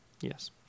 Yes